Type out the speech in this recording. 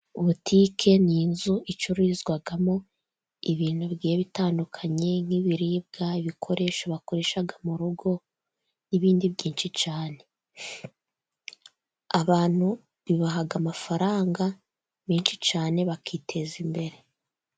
Butike ni inzu icururizwamo ibintu bigiye bitandukanye nk'ibiribwa bikoresha bakoreshaga mu rugo, n'ibindi byinshi cyane. Abantu bibaha amafaranga menshi cyane bakiteza imbere.